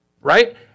right